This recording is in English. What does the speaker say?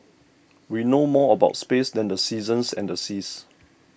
we know more about space than the seasons and the seas